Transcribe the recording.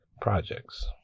projects